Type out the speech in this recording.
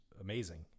Amazing